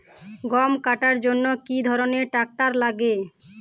গম কাটার জন্য কি ধরনের ট্রাক্টার লাগে?